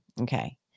Okay